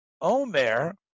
Omer